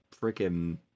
freaking